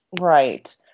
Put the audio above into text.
Right